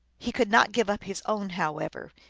he could not give up his own, however.